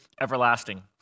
everlasting